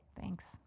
thanks